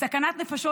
סכנת נפשות,